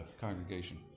congregation